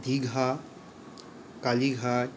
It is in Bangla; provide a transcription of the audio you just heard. দীঘা কালীঘাট